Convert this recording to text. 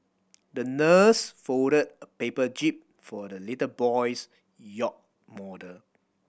the nurse folded a paper jib for the little boy's yacht model